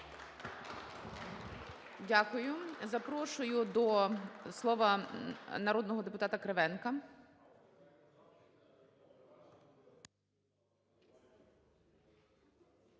Дякую. Я запрошую до слова народного депутатаЛінька.